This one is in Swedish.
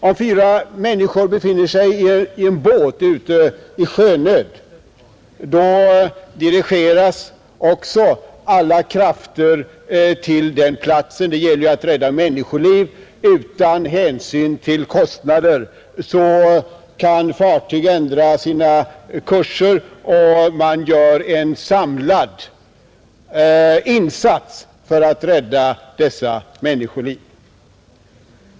Om fyra människor befinner sig i en båt i sjönöd, dirigeras alla krafter till den platsen. Det gäller att rädda människoliv. Utan hänsyn till kostnader kan fartyg ändra kursen och man gör en samlad insats för att rädda dessa människor.